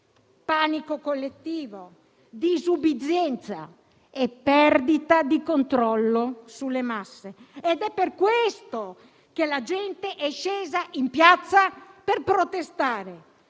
panico collettivo, disubbidienza e perdita di controllo sulle masse. È per questo che la gente è scesa in piazza per protestare,